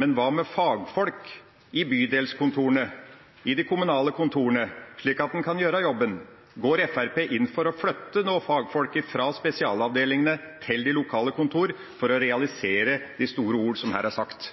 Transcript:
Men hva med fagfolk i bydelskontorene, i de kommunale kontorene, slik at en kan gjøre jobben? Går Fremskrittspartiet inn for nå å flytte fagfolk fra spesialavdelingene til de lokale kontorene for å realisere de store ord som her er sagt?